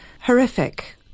horrific